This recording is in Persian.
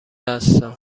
هستم